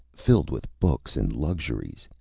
filled with books and luxuries.